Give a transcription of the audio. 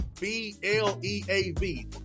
B-L-E-A-V